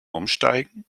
umsteigen